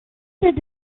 did